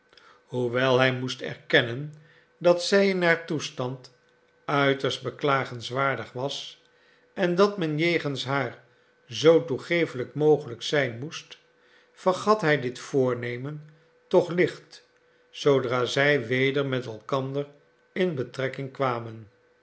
hoewel hij moest erkennen dat zij in haar toestand uiterst beklagenswaardig was en dat men jegens haar zoo toegefelijk mogelijk zijn moest vergat hij dit voornemen toch licht zoodra zij weder met elkander in betrekking kwamen